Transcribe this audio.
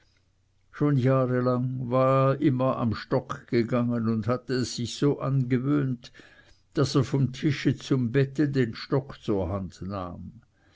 schon jahrelang war er immer am stock gegangen und hatte es sich so angewöhnt daß er vom tische zum bette den stock zur hand nahm